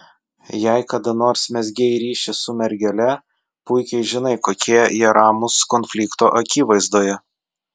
jei kada nors mezgei ryšį su mergele puikiai žinai kokie jie ramūs konflikto akivaizdoje